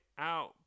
out